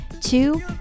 two